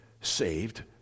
saved